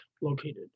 located